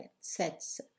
sets